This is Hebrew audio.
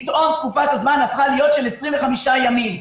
פתאום תקופת הזמן הפכה להיות של 25 ימים.